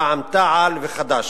רע"ם-תע"ל וחד"ש,